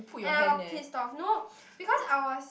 and I got pissed off no because I was